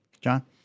John